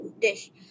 dish